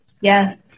Yes